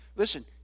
Listen